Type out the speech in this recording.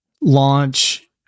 launch